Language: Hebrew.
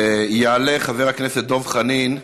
יעלה חבר הכנסת דב חנין,